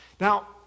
Now